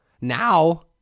Now